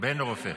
-- בן לרופא.